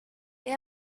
est